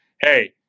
hey